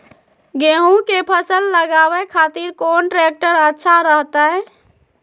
गेहूं के फसल लगावे खातिर कौन ट्रेक्टर अच्छा रहतय?